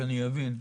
שאני אבין?